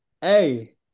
hey